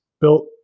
built